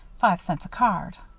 five cents a card.